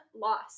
loss